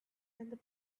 and